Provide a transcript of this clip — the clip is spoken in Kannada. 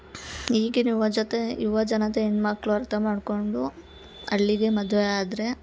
ಈಗಿನ ಯುವ ಜೊತೆ ಯುವಜನತೆ ಹೆಣ್ಮಕ್ಕಳು ಅರ್ಥ ಮಾಡ್ಕೊಂಡು ಹಳ್ಳಿಗೆ ಮದ್ವೆ ಆದರೆ